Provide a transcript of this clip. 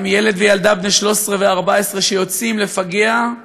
גם ילד וילדה בני 13 ו-14 שיוצאים לפגע,